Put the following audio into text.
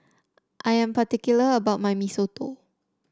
I am particular about my Mee Soto